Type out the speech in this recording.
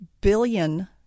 billion